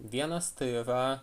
vienas tai yra